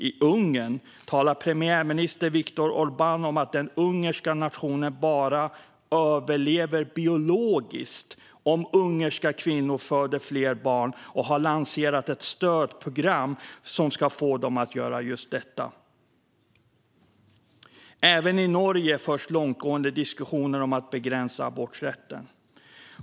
I Ungern talar premiärminister Viktor Orbán om att den ungerska nationen bara "överlever biologiskt" om ungerska kvinnor föder fler barn, och han har lanserat ett stödprogram som ska få dem att göra just detta. Och i Norge förs långtgående diskussioner om att begränsa aborträtten.